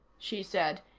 she said.